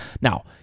Now